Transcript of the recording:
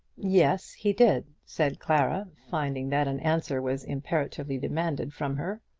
yes he did, said clara, finding that an answer was imperatively demanded from her.